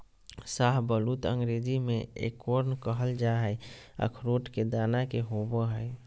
शाहबलूत अंग्रेजी में एकोर्न कहल जा हई, अखरोट के दाना के होव हई